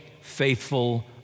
faithful